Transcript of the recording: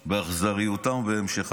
באכזריותם ובמשכם.